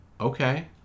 okay